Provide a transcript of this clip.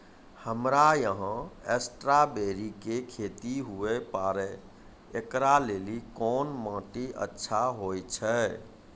हमरा यहाँ स्ट्राबेरी के खेती हुए पारे, इकरा लेली कोन माटी अच्छा होय छै?